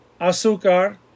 azúcar